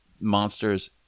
monsters